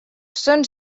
són